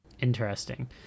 interesting